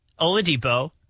Oladipo